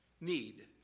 need